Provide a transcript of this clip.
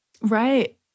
Right